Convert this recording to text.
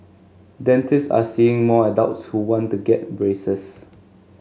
dentists are seeing more adults who want to get braces